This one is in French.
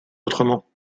autrement